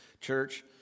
church